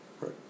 Right